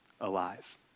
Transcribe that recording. alive